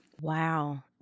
Wow